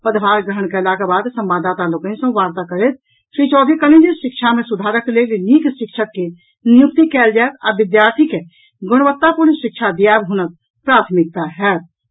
पदभार ग्रहण कयलाक बाद संवाददाता लोकनि सँ वार्ता करैत श्री चौधरी कहलनि जे शिक्षा मे सुधारक लेल नीक शिक्षक के नियुक्ति कयल जायत आ विद्यार्थी के गुणवत्तापूर्ण शिक्षा दियायब हुनक प्राथमिकता होतय